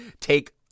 take